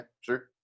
sure